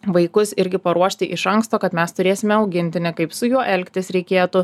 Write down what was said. vaikus irgi paruošti iš anksto kad mes turėsime augintinį kaip su juo elgtis reikėtų